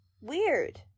Weird